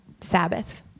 Sabbath